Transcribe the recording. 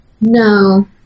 No